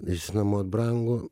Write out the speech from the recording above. išsinuomot brangu